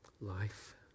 life